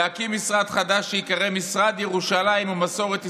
להקים משרד חדש שייקרא 'משרד ירושלים ומסורת ישראל'